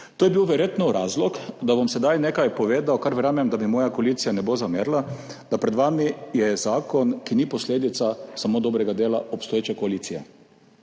To je bil verjetno razlog, da bom sedaj nekaj povedal, kar verjamem, da mi moja koalicija ne bo zamerila, da je pred vami zakon, ki ni posledica samo dobrega dela obstoječe koalicije.